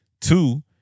Two